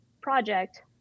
project